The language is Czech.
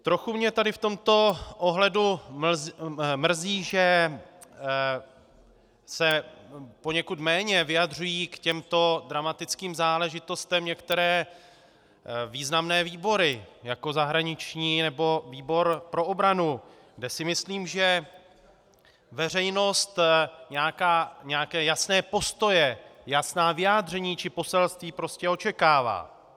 Trochu mě tady v tomto ohledu mrzí, že se poněkud méně vyjadřují k těmto dramatickým záležitostem některé významné výbory, jako zahraniční nebo výbor pro obranu, kde si myslím, že veřejnost nějaké jasné postoje, jasná vyjádření či poselství prostě očekává.